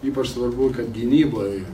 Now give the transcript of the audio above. ypač svarbu kad gynyboj